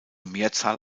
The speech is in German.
mehrzahl